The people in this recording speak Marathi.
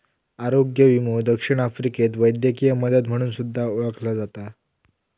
आरोग्य विमो दक्षिण आफ्रिकेत वैद्यकीय मदत म्हणून सुद्धा ओळखला जाता